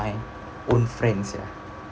my own friends uh